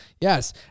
Yes